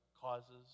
causes